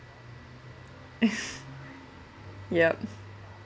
yup